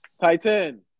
Titan